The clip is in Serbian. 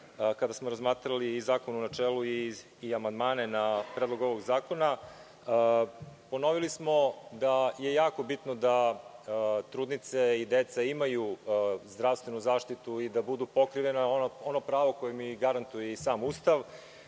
kada smo razmatrali zakona u načelu i amandmane na Predlog ovog zakona, ponovili smo da je jako bitno da trudnice i deca imaju zdravstvenu zaštitu i da budu pokrivena, ono pravo koje im garantuje i sam